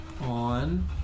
On